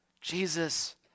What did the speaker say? Jesus